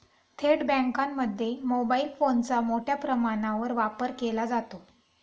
थेट बँकांमध्ये मोबाईल फोनचा मोठ्या प्रमाणावर वापर केला जातो